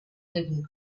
living